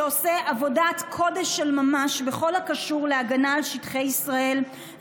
שעושה עבודת קודש של ממש בכל הקשור להגנה על שטחי ישראל,